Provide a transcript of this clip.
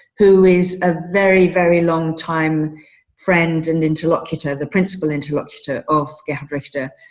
who is a very, very long time friend and interlocutor, the principal interlocutor of gifted trickster.